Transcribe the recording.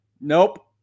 nope